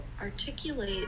articulate